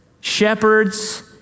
shepherds